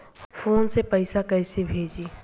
Phone से पैसा कैसे भेजी?